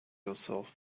themselves